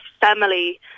family